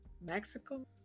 Mexico